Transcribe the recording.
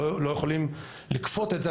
אנחנו לא יכולים לכפות את זה,